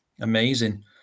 amazing